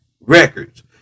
records